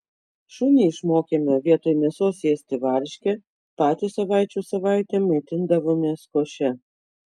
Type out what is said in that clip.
šunį išmokėme vietoj mėsos ėsti varškę patys savaičių savaitėm maitindavomės koše